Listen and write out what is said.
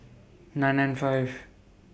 nine nine five